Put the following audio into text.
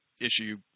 issue